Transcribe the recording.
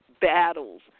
battles